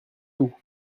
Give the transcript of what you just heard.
tout